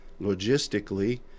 logistically